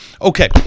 Okay